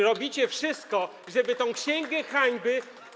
Robicie wszystko, żeby tę księgę hańby.